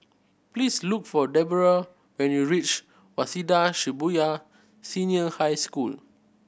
please look for Deborrah when you reach Waseda Shibuya Senior High School